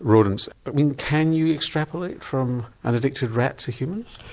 rodents, i mean can you extrapolate from an addicted rat to humans?